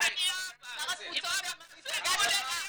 --- שר התפוצות הוא מהמפלגה שלך.